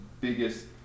biggest